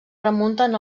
remunten